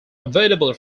available